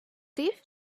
teeth